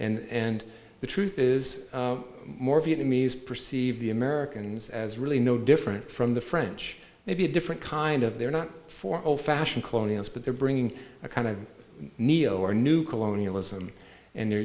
and the truth is more vietnamese perceive the americans as really no different from the french maybe a different kind of they're not for old fashioned colonials but they're bringing a kind of neo or new colonialism and they're